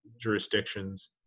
jurisdictions